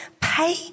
pay